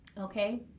Okay